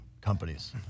companies